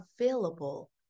available